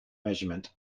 measurement